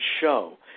show